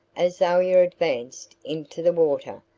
azalia advanced into the water,